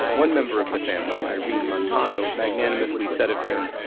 one member of the family, irene montano, magnanimously said of him,